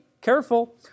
Careful